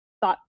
thought